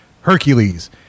Hercules